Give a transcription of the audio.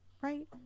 right